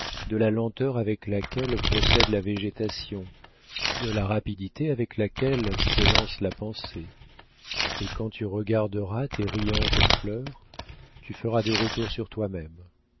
de la lenteur avec laquelle procède la végétation de la rapidité avec laquelle s'élance la pensée et quand tu regarderas tes riantes fleurs tu feras des retours sur toi-même